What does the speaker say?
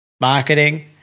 marketing